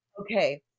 Okay